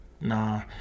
Nah